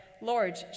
Lord